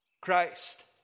Christ